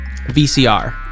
VCR